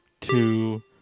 two